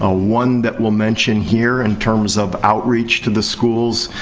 ah one that we'll mention here, in terms of outreach to the schools,